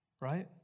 right